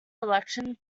election